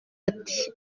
ati